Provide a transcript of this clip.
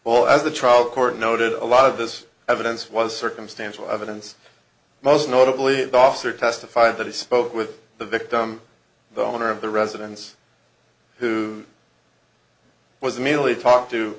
well as the trial court noted a lot of this evidence was circumstantial evidence most notably the officer testified that he spoke with the victim the owner of the residence who was mainly talked to